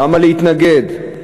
למה להתנגד?